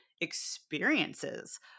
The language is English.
experiences